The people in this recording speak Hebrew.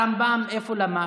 הרמב"ם, איפה למד?